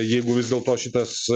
jeigu vis dėlto šitas